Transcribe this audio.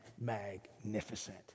magnificent